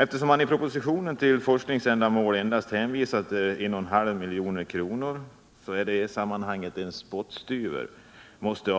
Eftersom man i propositionen till forskningsändamål endast anvisar 1,5 milj.kr. — det är i detta sammanhang en spottstyver — måste